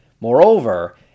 Moreover